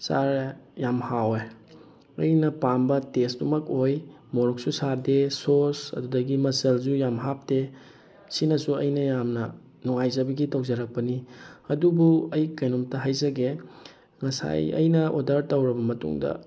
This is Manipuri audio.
ꯆꯥꯔꯦ ꯌꯥꯝ ꯍꯥꯎꯋꯦ ꯑꯩꯅ ꯄꯥꯝꯕ ꯇꯦꯁꯇꯨꯃꯛ ꯑꯣꯏ ꯃꯣꯔꯣꯛꯁꯨ ꯁꯥꯗꯦ ꯁꯣꯁ ꯑꯗꯨꯗꯒꯤ ꯃꯆꯜꯁꯨ ꯌꯥꯝ ꯍꯥꯞꯇꯦ ꯁꯤꯅꯁꯨ ꯑꯩꯅ ꯌꯥꯝꯅ ꯅꯨꯡꯉꯥꯏꯖꯕꯒꯤ ꯇꯧꯖꯔꯛꯄꯅꯤ ꯑꯗꯨꯕꯨ ꯑꯩ ꯀꯩꯅꯣꯝꯇ ꯍꯥꯏꯖꯒꯦ ꯉꯁꯥꯏ ꯑꯩꯅ ꯑꯣꯗꯔ ꯇꯧꯔꯕ ꯃꯇꯨꯡꯗ